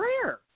prayer